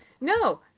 No